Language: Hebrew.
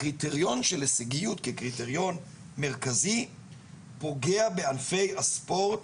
הקריטריון של הישגיות כקריטריון מרכזי פוגע בענפי הספורט